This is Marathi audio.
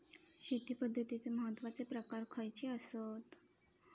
शेती पद्धतीचे महत्वाचे प्रकार खयचे आसत?